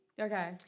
Okay